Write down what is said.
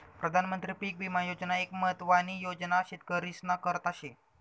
प्रधानमंत्री पीक विमा योजना एक महत्वानी योजना शेतकरीस्ना करता शे